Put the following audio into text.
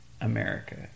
America